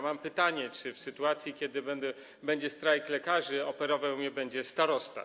Mam pytanie: Czy w sytuacji kiedy będzie strajk lekarzy, operował mnie będzie starosta?